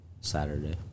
Saturday